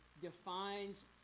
defines